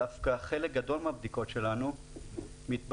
דווקא חלק גדול מהבדיקות שלנו מתבצעות